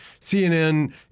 CNN